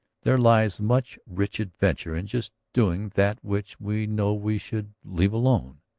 there lies much rich adventure in just doing that which we know we should leave alone.